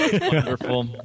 Wonderful